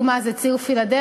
עוד דוגמה זה ציר פילדלפי.